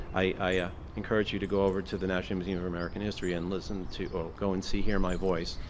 i encourage you to go over to the national museum of american history and listen to or go and see hear my voice,